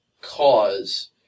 cause